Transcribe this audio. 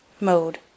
Mode